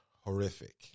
horrific